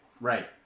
right